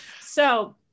So-